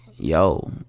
Yo